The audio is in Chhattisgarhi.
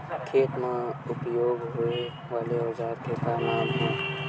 खेत मा उपयोग होए वाले औजार के का नाम हे?